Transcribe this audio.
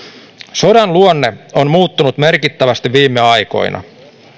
sodan luonne on muuttunut merkittävästi viime aikoina